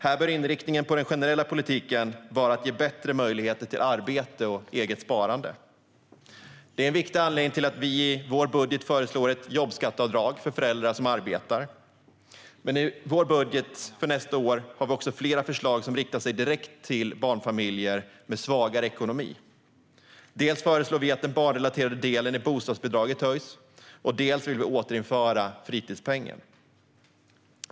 Här bör inriktningen i den generella politiken vara att man ska ge bättre möjligheter till arbete och eget sparande. Det är en viktig anledning till att vi i vår budget föreslår ett jobbskatteavdrag för föräldrar som arbetar. Men i vår budget för nästa år har vi också flera förslag som riktar sig direkt till barnfamiljer med svagare ekonomi. Vi föreslår att den barnrelaterade delen i bostadsbidraget höjs, och vi vill återinföra fritidspengen.